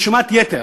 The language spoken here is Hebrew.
נשמת יתר,